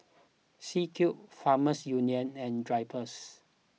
C Cube Farmers Union and Drypers